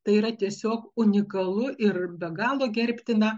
tai yra tiesiog unikalu ir be galo gerbtina